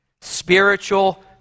spiritual